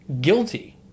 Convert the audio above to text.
guilty